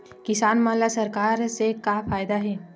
किसान मन ला सरकार से का फ़ायदा हे?